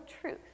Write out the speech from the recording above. truth